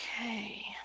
Okay